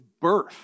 birth